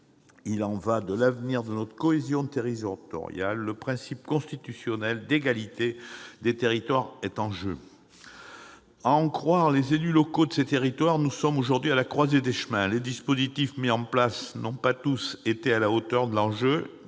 Il y va de l'avenir de notre cohésion territoriale : le principe constitutionnel d'égalité des territoires est en jeu ! À en croire les élus locaux de ces territoires, nous sommes aujourd'hui à la croisée des chemins. Les dispositifs mis en place n'ont pas tous été à la hauteur de l'enjeu.